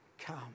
come